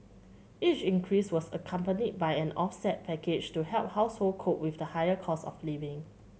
each increase was accompanied by an offset package to help household cope with the higher costs of living